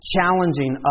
Challenging